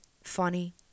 funny